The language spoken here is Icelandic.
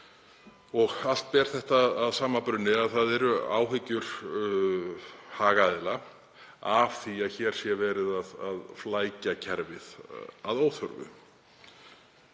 Allt ber þetta að sama brunni. Það eru áhyggjur hagaðila af því að hér sé verið að flækja kerfið að óþörfu.